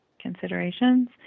considerations